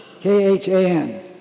K-H-A-N